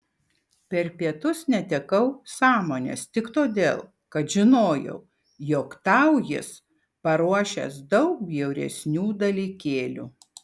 per pietus netekau sąmonės tik todėl kad žinojau jog tau jis paruošęs daug bjauresnių dalykėlių